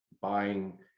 buying